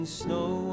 snow